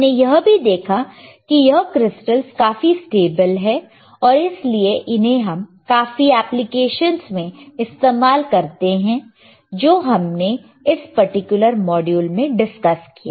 हमने यह भी देखा कि यह क्रिस्टलस काफी स्टेबल है और इसलिए इन्हें हम काफी एप्लीकेशंस में इस्तेमाल करते हैं जो हमने इस पर्टिकुलर मॉड्यूल में डिस्कस किया